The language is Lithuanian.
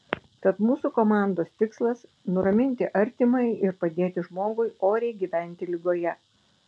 tad mūsų komandos tikslas nuraminti artimąjį ir padėti žmogui oriai gyventi ligoje